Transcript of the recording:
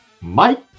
Mike